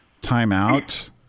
timeout